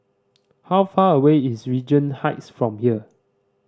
how far away is Regent Heights from here